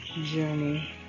journey